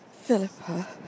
Philippa